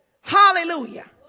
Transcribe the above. Hallelujah